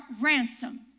ransom